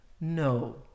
No